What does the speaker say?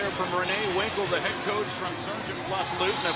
from renee winkel. the head coach from sergeant bluff-luton